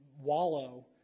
wallow